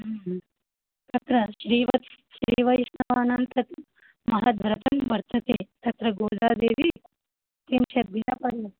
तत्र श्रिवत्स् श्रीवैष्णवानन्तमहाराजं वर्तते तत्र गोदादेवी किञ्चत्